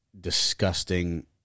disgusting